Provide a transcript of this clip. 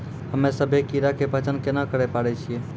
हम्मे सभ्भे कीड़ा के पहचान केना करे पाड़ै छियै?